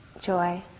Joy